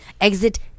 Exit